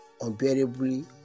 unbearably